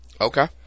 Okay